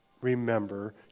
remember